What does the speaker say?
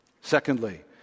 Secondly